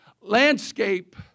landscape